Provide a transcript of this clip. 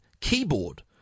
Keyboard